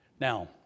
Now